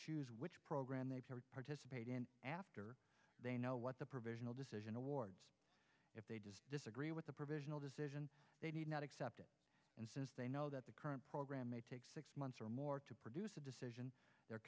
choose which program they participate in after they know what the provisional decision awards if they disagree with the provisional decision they did not accept and since they know that the current program may take six months or more to produce a decision the